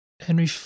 Henry